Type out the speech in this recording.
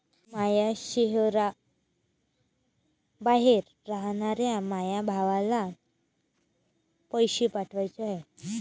माया शैहराबाहेर रायनाऱ्या माया भावाला पैसे पाठवाचे हाय